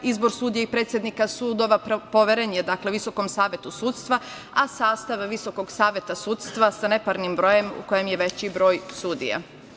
Izbor sudija i predsednika sudova poveren je Visokom savetu sudstva, a sastav Visokog saveta sudstva sa neparnim brojem, u kojem je veći broj sudija.